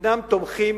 אינם תומכים